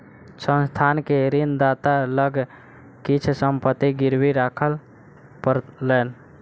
संस्थान के ऋणदाता लग किछ संपत्ति गिरवी राखअ पड़लैन